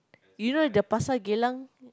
you know the Pasar-Geylang